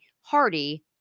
hardy